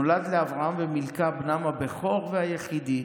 נולד לאברהם ומילכה בנם הבכור והיחיד,